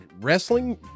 Wrestling